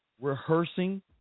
rehearsing